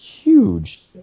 huge